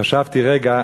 חשבתי רגע,